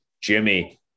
Jimmy